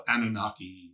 Anunnaki